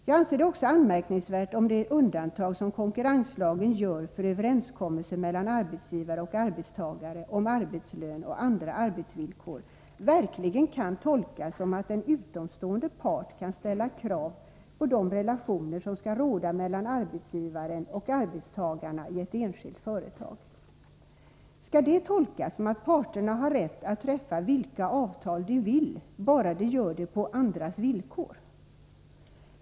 Jag anser det också anmärkningsvärt om det undantag som konkurrenslagen gör för överenskommelse mellan arbetsgivare och arbetstagare om arbetslön och andra arbetsvillkor verkligen kan tolkas som att en utomstående part kan ställa krav på de relationer som skall råda mellan arbetsgivare och arbetstagare i ett enskilt företag. Skall det tolkas som att parterna har rätt att träffa vilka avtal de vill, bara de gör det på andras villkor?